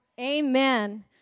amen